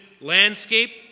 landscape